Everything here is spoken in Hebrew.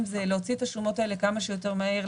זה להוציא את השומות האלה כמה שיותר מהר,